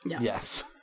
Yes